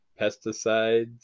pesticides